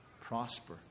prosper